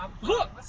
look